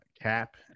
Cap